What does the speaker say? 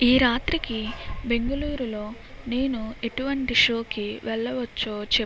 ఈ రాత్రికి బెంగళూరులో నేను ఎటువంటి షోకి వెళ్ళవచ్చో చెప్పు